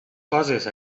coses